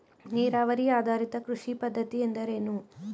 ನೀರಾವರಿ ಆಧಾರಿತ ಕೃಷಿ ಪದ್ಧತಿ ಎಂದರೇನು?